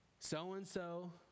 So-and-so